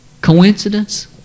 Coincidence